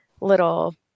little